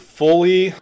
fully